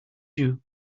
due